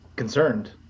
Concerned